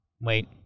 wait